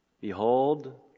Behold